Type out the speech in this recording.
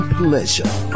pleasure